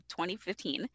2015